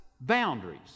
boundaries